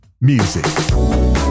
music